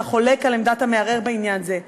החולק על עמדת המערער בעניין זה.